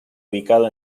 ubicado